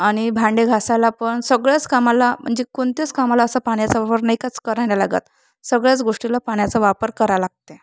आणि भांडे घासायला पण सगळ्याच कामाला म्हणजे कोणत्याच कामाला असा पाण्याचा वापर नाहीकाच करायला लागत सगळ्याच गोष्टीला पाण्याचा वापर करावं लागत आहे